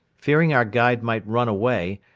fearing our guide might run away,